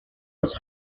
was